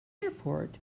airport